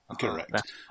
Correct